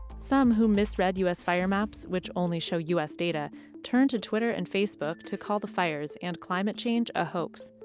some who misread u s. fire maps, which only show u s. data turn to twitter and facebook to call the fires and climate change a hoax.